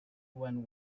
when